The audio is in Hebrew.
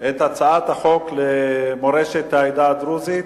את הצעת החוק למורשת העדה הדרוזית,